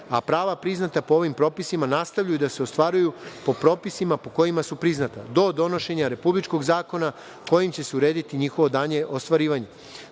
a prava priznata po ovim propisima nastavljaju da se ostvaruju po propisima po kojima su priznata do donošenja republičkog zakona kojim će se urediti njihovo dalje ostvarivanje. Saglasno